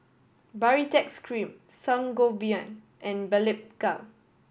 Baritex Cream Sangobion and Blephagel